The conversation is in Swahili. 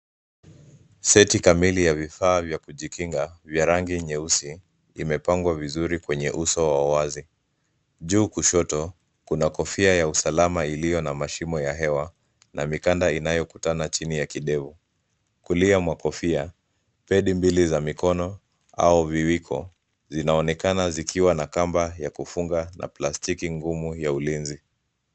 Seti kamili ya vifaa vya kujikinga vya rangi nyeusi, imepangwa vizuri kwenye uso wa wazi. Juu kushoto kuna kofia ya usalama iliyo na mashimo ya hewa na mikanda inayokutana chini ya kidevu. Kulia mwa kofia, pedi mbili za mikono au viwiko, zinaonekana zikiwa na kamba ya kufunga na plastiki ngumu ya ulinzi.